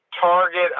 target